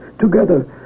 together